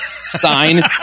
sign